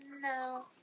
no